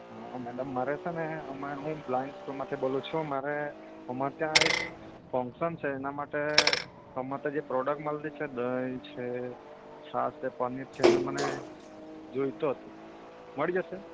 હા મેડમ મારે છે ને હમણાં હું બ્લાઇન્ડ સ્કૂલમાંથી બોલું છું મારે અમારે ત્યાં એક ફંક્શન છે એના માટે એના માટે પ્રોડક્ટ મલતી છે દહી છે છાશ છે પનીર છે એનો મને જોઈતું હતું મળી જશે